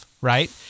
right